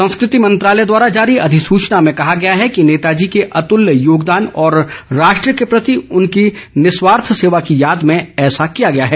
संस्कृति मंत्रालय द्वारा जारी अधिसूचना में कहा गया है कि नेताजी के अतृल्य योगदान और राष्ट्र के प्रति उनकी निस्वार्थ सेवा की याद में ऐसा किया गया है